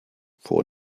vor